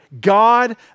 God